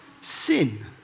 Sin